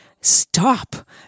Stop